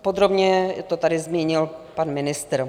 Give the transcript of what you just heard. Podrobně to tady zmínil pan ministr.